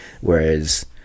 whereas